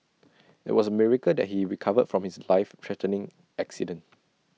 IT was A miracle that he recovered from his life threatening accident